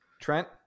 Trent